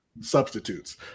substitutes